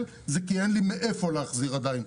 אלא זה כי אין לי מאיפה להחזיר עדין.